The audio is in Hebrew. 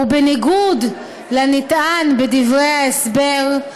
ובניגוד לנטען בדברי ההסבר,